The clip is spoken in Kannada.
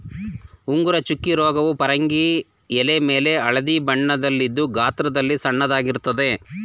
ಉಂಗುರ ಚುಕ್ಕೆ ರೋಗವು ಪರಂಗಿ ಎಲೆಮೇಲೆ ಹಳದಿ ಬಣ್ಣದಲ್ಲಿದ್ದು ಗಾತ್ರದಲ್ಲಿ ಸಣ್ಣದಾಗಿರ್ತದೆ